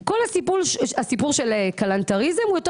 כל הסיפור של כלנתריזם הוא יותר